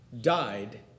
died